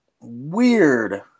weird